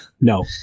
no